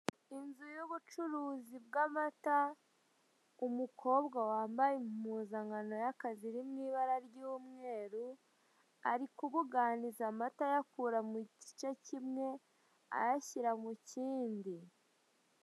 Inzu y'ubucuruzi bw'amata, umukobwa wambaye impuzankano y'akazi iri mu ibara ry'umweru; ari kubuganiza amata ayakura mu gice kimwe ayashyira mu kindi.